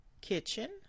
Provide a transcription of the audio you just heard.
Kitchen